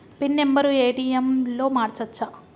Pin number ATM లో మార్చచ్చా?